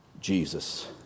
Jesus